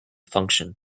function